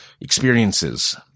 experiences